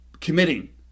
committing